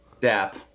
DAP